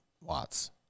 watts